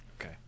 Okay